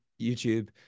YouTube